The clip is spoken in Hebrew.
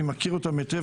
אני מכיר אותן היטב,